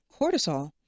cortisol